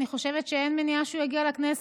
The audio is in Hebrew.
אני חושבת שאין מניעה שהוא יגיע לכנסת.